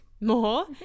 more